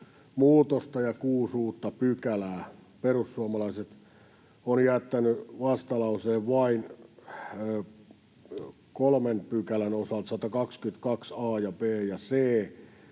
muutosta ja kuusi uutta pykälää. Perussuomalaiset on jättänyt vastalauseen vain kolmen pykälän osalta: 122 a, b ja c